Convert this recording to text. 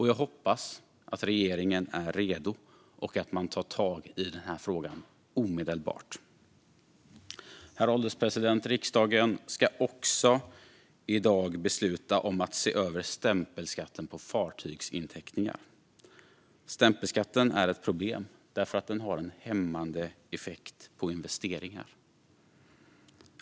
Jag hoppas att regeringen är redo och att man tar tag i frågan omedelbart. Herr ålderspresident! Riksdagen ska i dag också besluta om att se över stämpelskatten på fartygsinteckningar. Stämpelskatten är ett problem därför att den har en hämmande effekt på investeringar.